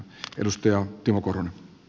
arvoisa puhemies